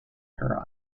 her